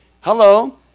Hello